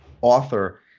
author